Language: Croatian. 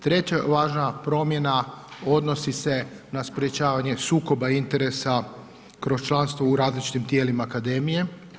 Treća važna promjena odnosi se na sprječavanje sukoba interesa kroz članstvo u različitim tijelima akademije.